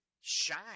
shine